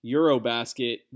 Eurobasket